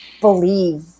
believe